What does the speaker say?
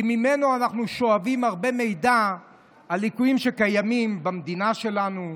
כי ממנו אנחנו שואבים הרבה מידע על ליקויים שקיימים במדינה שלנו.